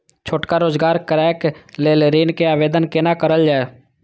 छोटका रोजगार करैक लेल ऋण के आवेदन केना करल जाय?